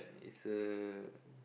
it's a